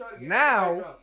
now